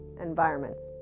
environments